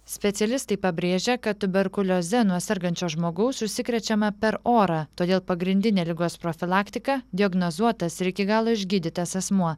specialistai pabrėžia kad tuberkulioze nuo sergančio žmogaus užsikrečiama per orą todėl pagrindinė ligos profilaktika diagnozuotas ir iki galo išgydytas asmuo